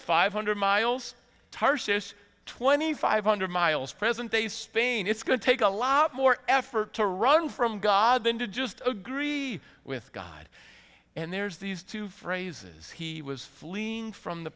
five hundred miles tarshish twenty five hundred miles present day spain it's going to take a lot more effort to run from god than to just agree with god and there's these two phrases he was fleeing from the